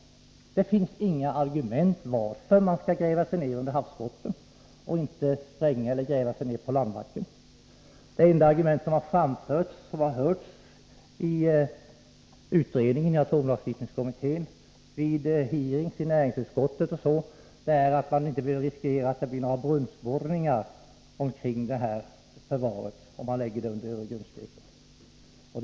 Men det finns inga skäl att gräva sig ner under havsbotten istället för att spränga eller gräva sig ner på landbacken. Det enda argument som har hörts i utredningen, i atomlagstiftningskommittén, vid hearings i näringsutskottet osv. är att man inte behöver riskera några brunnsborrningar i närheten av förvaringsplatsen om man förlägger den under Öregrundsgrepen.